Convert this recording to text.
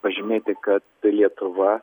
pažymėti kad tai lietuva